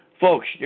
Folks